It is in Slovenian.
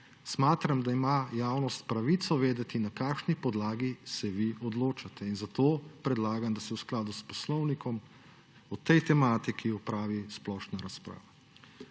smatram, da ima javnost pravico vedeti, na kakšni podlagi se vi odločate in zato predlagam, da se v skladu s poslovnikom o tej tematiki opravi splošna razprava.